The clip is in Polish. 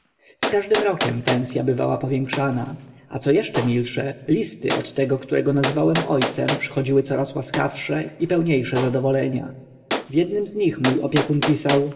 z każdym rokiem pens a bywała powiększana a co eszcze milsze listy od tego którego nazywałem o cem przychodziły coraz łaskawsze i pełnie sze zadowolenia w ednym z nich mó opiekun pisał